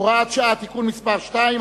הוראת שעה) (תיקון מס' 2),